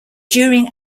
during